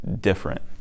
different